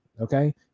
okay